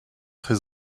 très